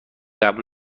قبول